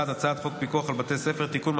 1. הצעת חוק פיקוח על בתי ספר (תיקון,